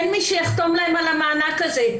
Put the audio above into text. אין מי שיחתום להן על המענק הזה,